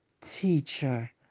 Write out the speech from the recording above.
teacher